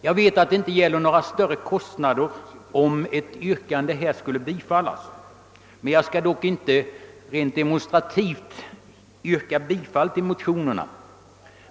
Jag vet att det här inte gäller några större kostnader men skall inte demonstrativt yrka bifall till motionerna.